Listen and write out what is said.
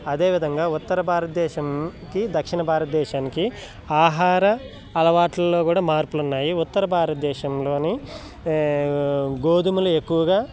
అదేవిధంగా ఉత్తర భారతదేశానికి దక్షిణ భారతదేశానికి ఆహార అలవాటుల్లో కూడా మార్పులున్నాయి ఉత్తర భారతదేశంలోని గోధుమలు ఎక్కువగా